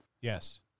Yes